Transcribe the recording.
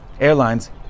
airlines